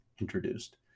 introduced